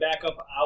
backup